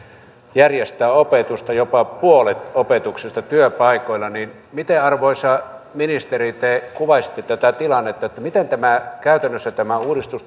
järjestää opetusta jopa puolet opetuksesta työpaikoilla miten arvoisa ministeri te kuvaisitte tätä tilannetta miten käytännössä tämä uudistus